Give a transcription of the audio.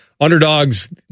underdogs